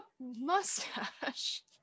mustache